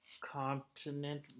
continent